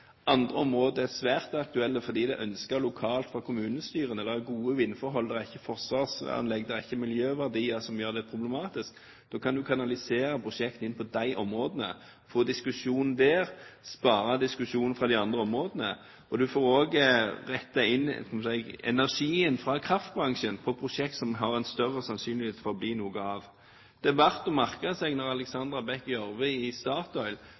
fordi det er ønsket lokalt fra kommunestyrene – det er gode vindforhold, det er ikke forsvarsanlegg, det er ikke miljøverdier som gjør dette problematisk – kan man kanalisere disse prosjektene inn mot disse områdene, få diskusjonen der og slippe diskusjonen i de andre områdene. Man får også rettet – holdt jeg på å si – energien fra kraftbransjen inn mot prosjekter som har en større sannsynlighet for å bli noe av. Det er verdt å merke seg at Alexandra Beck Gjørv i Statoil